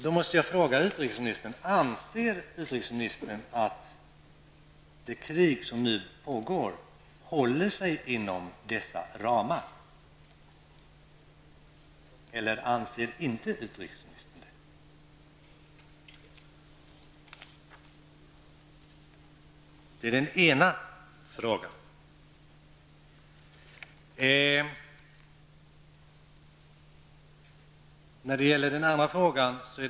Då måste jag fråga utrikesministern: Anser utrikesministern att det krig som nu pågår håller sig inom dessa ramar, eller anser utrikesministern inte det? Det är den ena frågan. Så till den andra frågan.